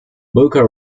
boca